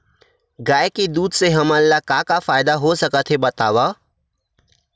गाय के दूध से हमला का का फ़ायदा हो सकत हे बतावव?